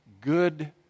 good